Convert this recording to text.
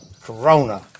Corona